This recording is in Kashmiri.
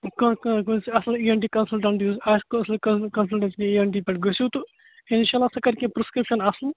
کانٛہہ کانٛہہ چھُ اَصٕل اِی این ٹی کَنسَلٹَنٛٹ یُس آسہِ اصٕل کَنسَلٹَنٛٹ اِی این ٹی پیٹھ گٔژھِو تہٕ اِنشاء اَللّہ سُہ کَرِ کیٚنٛہہ پرسکِرٛپشن اَصٕل